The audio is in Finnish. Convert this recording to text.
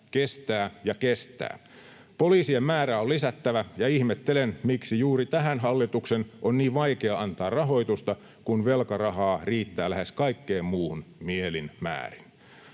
kestää ja kestää. Poliisien määrää on lisättävä, ja ihmettelen, miksi juuri tähän hallituksen on niin vaikea antaa rahoitusta, kun velkarahaa riittää lähes kaikkeen muuhun mielin määrin.